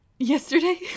yesterday